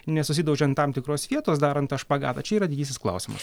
nesusidaužiant tam tikros vietos darant tą špagatą čia yra didysis klausimas